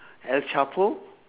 el chapo